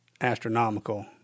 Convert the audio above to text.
astronomical